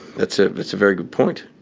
that's ah that's a very good point.